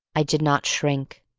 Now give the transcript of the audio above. i did not shrink.